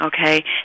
okay